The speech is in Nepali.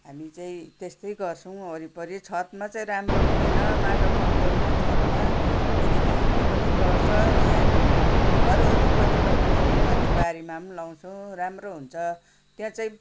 हामी चाहिँ त्यस्तै गर्छौँ वरिपरि छतमा चाहिँ राम्रो हुँदैन माटो पाउँदैन छतमा फेरि घामले पनि डढ्छ अनि हामी घर वरिपरि लगाउँछौँ अनि बारीमा पनि लगाउँछौँ राम्रो हुन्छ त्यहाँ चाहिँ